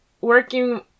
working